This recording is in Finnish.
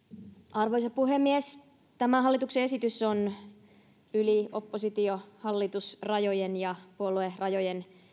arvoisa puhemies tämä hallituksen esitys on yli oppositio hallitus rajojen ja puoluerajojen